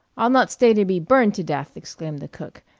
i'll not stay to be burned to death, exclaimed the cook,